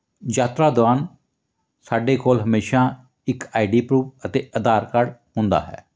ਯਾਤਰਾ ਦੌਰਾਨ ਸਾਡੇ ਕੋਲ ਹਮੇਸ਼ਾਂ ਇੱਕ ਆਈ ਡੀ ਪਰੂਫ ਅਤੇ ਆਧਾਰ ਕਾਰਡ ਹੁੰਦਾ ਹੈ